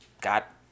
got